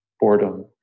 boredom